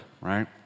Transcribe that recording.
right